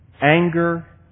anger